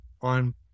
on